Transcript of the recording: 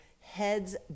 heads